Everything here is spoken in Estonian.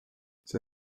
see